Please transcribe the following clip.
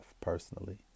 personally